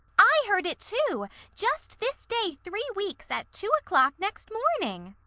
i heard it too, just this day three weeks, at two o'clock next morning.